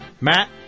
Matt